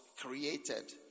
created